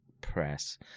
press